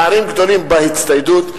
פערים גדולים בהצטיידות.